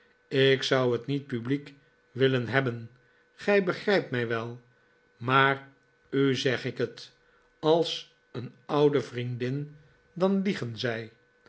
ik zou het niet publiek willen hebben gij begrijpt mij wel maar u zeg ik het als een oude vriendin dan liegen zij